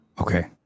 Okay